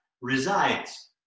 resides